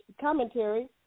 commentary